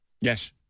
yes